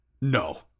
No